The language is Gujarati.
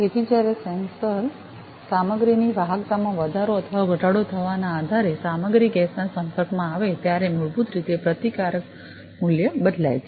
તેથી જ્યારે સેન્સર સામગ્રીની વાહકતામાં વધારો અથવા ઘટાડો થવાના આધારે સામગ્રી ગેસના સંપર્કમાં આવે ત્યારે મૂળભૂત રીતે પ્રતિકાર મૂલ્ય બદલાય છે